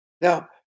Now